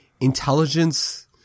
intelligence